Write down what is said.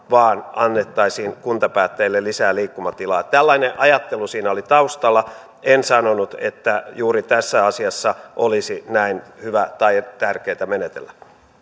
vaan annettaisiin kuntapäättäjille lisää liikkumatilaa tällainen ajattelu siinä oli taustalla en sanonut että juuri tässä asiassa olisi näin hyvä tai tärkeätä menetellä